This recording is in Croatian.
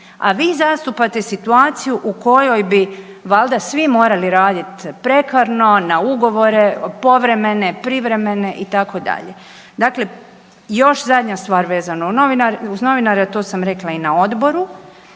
a vi zastupate situaciju u kojoj bi valjda svi morali raditi prekarno, na ugovore, povremene, privremene itd. Dakle, još zadnja stvar vezano uz novinare, a to sam rekla i na Odboru.